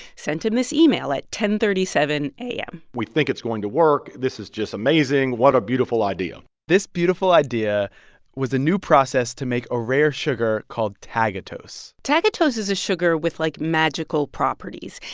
sent him this email at ten thirty seven a m we think it's going to work. this is just amazing. what a beautiful idea this beautiful idea was a new process to make a rare sugar called tagatose tagatose is a sugar with, like, magical properties.